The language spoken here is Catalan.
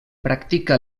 practica